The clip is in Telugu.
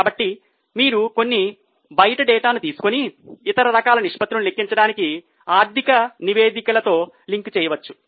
కాబట్టి మీరు కొన్ని బయటి డేటాను కూడా తీసుకొని ఇతర రకాల నిష్పత్తులను లెక్కించడానికి ఆర్థిక నివేదికలతో లింక్ చేయవచ్చు